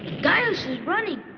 gyaos is running.